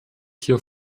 hier